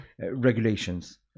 regulations